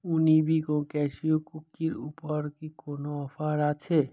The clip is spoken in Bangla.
ইউনিবিক ও ক্যাশিউ কুকির উপর কি কোনও অফার আছে